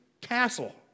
castle